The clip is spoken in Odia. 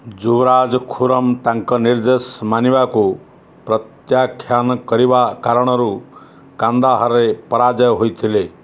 ଯୁବରାଜ ଖୁରମ ତାଙ୍କ ନିର୍ଦ୍ଦେଶ ମାନିବାକୁ ପ୍ରତ୍ୟାଖ୍ୟାନ କରିବା କାରଣରୁ କାନ୍ଦାହାରର ପରାଜୟ ହୋଇଥିଲା